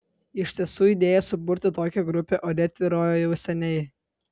iš tiesų idėja suburti tokią grupę ore tvyrojo jau seniai